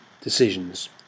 decisions